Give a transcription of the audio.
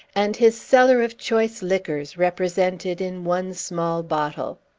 and his cellar of choice liquors represented in one small bottle.